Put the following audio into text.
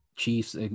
Chiefs